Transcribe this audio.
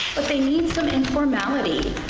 but they need some informality.